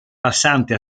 passante